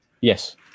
Yes